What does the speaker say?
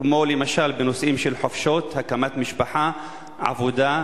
כמו בנושאים של חופשות, הקמת משפחה, עבודה,